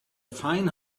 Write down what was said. fine